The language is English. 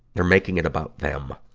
they're making it about them.